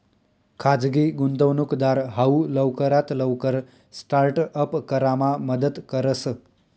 खाजगी गुंतवणूकदार हाऊ लवकरात लवकर स्टार्ट अप करामा मदत करस